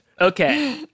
Okay